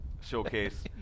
showcase